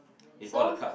if all the card